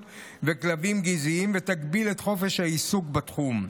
וכלבים גזעיים ותגביל את חופש העיסוק בתחום.